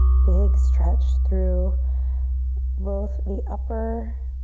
big stretch through both the upper